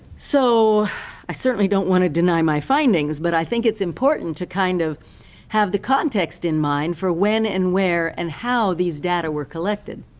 so i certainly don't want to deny my findings, but i think it's important to kind of have the context in mind for when and where and how these data were collected.